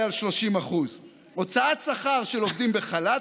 על 30%. הוצאת שכר של עובדים בחל"ת,